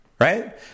Right